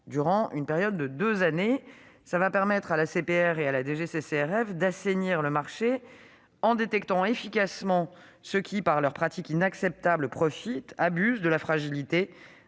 durant une période de deux années. Cela va permettre à l'ACPR et à la DGCCRF d'assainir le marché en détectant efficacement ceux qui, par leurs pratiques inacceptables, profitent et abusent de la fragilité